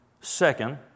Second